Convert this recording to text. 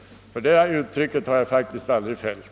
Det yttrandet har jag faktiskt aldrig fällt.